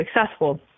successful